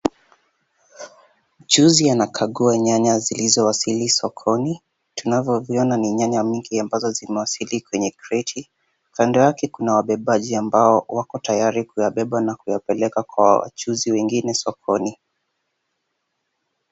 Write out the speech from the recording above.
Mchuuzi anakagua nyanya zilizo wasili sokoni, tunavyoviona ni nyanya mingi ambazo zimewasili kwenye kreti. Kando yake kuna wabebaji ambao wako tayari kuyabeba na kuyapeleka kwa wachuuzi wengine sokoni.